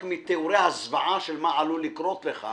רק מתיאורי הזוועה של מה עלול לקרות לך